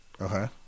Okay